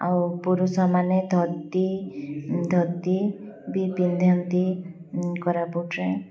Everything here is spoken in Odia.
ଆଉ ପୁରୁଷମାନେ ଧୋତି ଧୋତି ବି ପିନ୍ଧନ୍ତି କୋରାପୁଟରେ